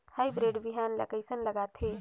Hybrid बिहान ला कइसन लगाथे?